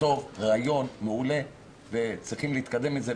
טוב ומעולה, וצריכים להתקדם עם זה.